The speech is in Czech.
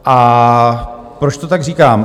A proč to tak říkám?